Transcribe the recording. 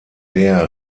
der